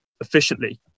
efficiently